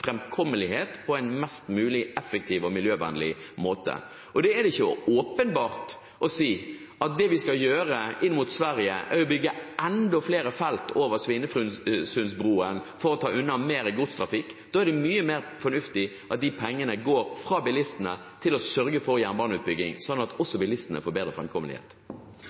framkommelighet på en mest mulig effektiv og miljøvennlig måte? Det er ikke åpenbart å si at det vi skal gjøre inn mot Sverige, er å bygge enda flere felt over Svinesundsbroen for å ta unna mer godstrafikk. Da er det mye mer fornuftig at de pengene går fra bilistene til å sørge for jernbaneutbygging, slik at også bilistene får bedre